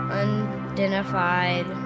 unidentified